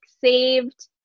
saved